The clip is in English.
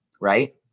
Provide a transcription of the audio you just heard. right